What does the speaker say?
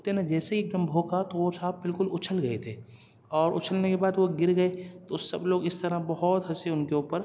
تو کتے نے جیسے ہی ایک دم بھونکا تو وہ صاحب بالکل اچھل گئے تھے اور اچھلنے کے بعد وہ گر گئے تو سب لوگ اس طرح بہت ہنسے ان کے اوپر